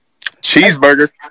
Cheeseburger